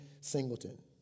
Singleton